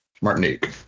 martinique